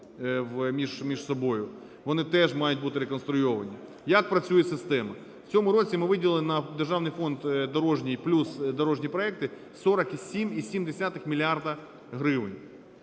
Вони теж мають бути реконструйовані. Як працює система? В цьому році ми виділили на державний фонд дорожній плюс дорожні проекти 47,7 мільярда